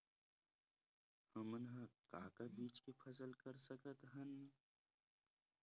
हमन ह का का बीज के फसल कर सकत हन?